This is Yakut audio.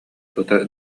тута